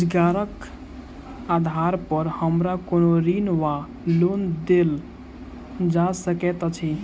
रोजगारक आधार पर हमरा कोनो ऋण वा लोन देल जा सकैत अछि?